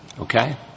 okay